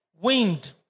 wind